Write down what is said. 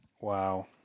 Wow